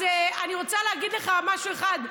אז אני רוצה להגיד לך משהו אחד,